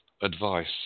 advice